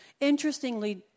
Interestingly